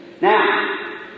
Now